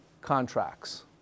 contracts